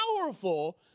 powerful